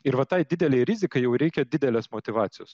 ir va tai didelei rizikai jau reikia didelės motyvacijos